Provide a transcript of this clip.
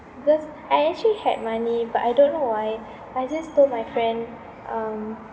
because I actually had money but I don't know why I just told my friend um